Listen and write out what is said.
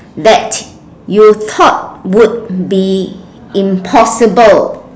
that you thought would be impossible